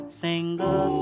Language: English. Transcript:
single